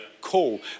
call